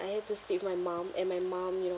I have to sleep with my mum and my mum you know